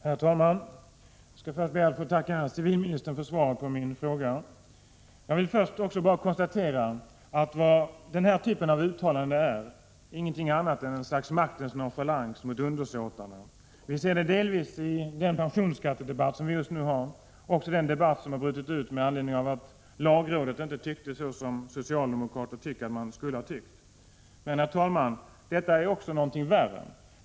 Herr talman! Jag skall be att få tacka civilministern för svaret på min fråga. Jag vill först bara konstatera att denna typ av uttalande inte är någonting annat än ett slags maktens nonchalans mot undersåtarna. Vi ser exempel på detta i den pensionsskattedebatt som just nu pågår, men också i den debatt som brutit ut med anledning av att lagrådet inte tyckte som socialdemokraterna tycker att man skulle ha tyckt. Men, herr talman, detta är också någonting värre.